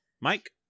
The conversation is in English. Mike